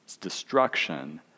destruction